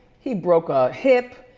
he broke a hip.